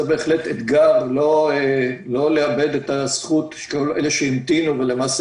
זה באמת אתגר לא לאבד את הזכות של כל אלה שהמתינו ולמעשה